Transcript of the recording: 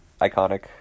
iconic